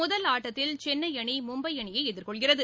முதல் ஆட்டத்தில் கென்னை அணி மும்பை அணியை எதிர்கொள்கிறது